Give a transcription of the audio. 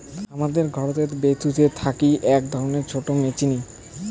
হামাদের ঘরতের বুথিতে থাকি আক ধরণের ছোট মেচিন